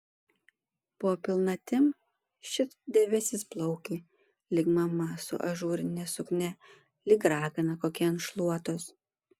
po pilnatim šit debesis plaukė lyg mama su ažūrine suknia lyg ragana kokia ant šluotos